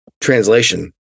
translation